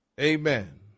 Amen